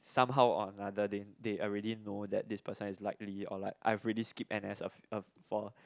some how or other they already know that this person has likely or like i've already skip n_s a a for